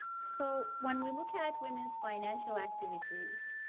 so when we look at women's financial activities,